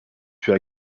puis